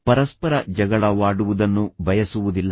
ಜನರು ಪರಸ್ಪರ ಜಗಳವಾಡುವುದನ್ನು ಯಾವಾಗಲೂ ಬಯಸುವುದಿಲ್ಲ